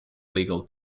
legal